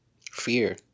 Fear